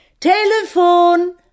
Telefon